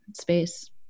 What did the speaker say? space